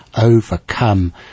overcome